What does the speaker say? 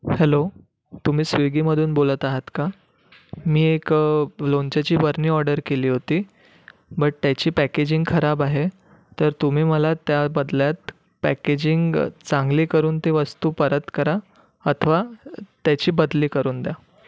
hello तुम्ही स्विगीमधून बोलत आहात का मी एक लोणच्याची बरणी ऑर्डर केली होती बट त्याची पॅकेजिंग खराब आहे तर तुम्ही मला त्या बदल्यात पॅकेजिंग चांगली करून ती वस्तू परत करा अथवा त्याची बदली करून द्या